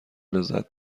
لذت